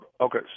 okay